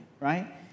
right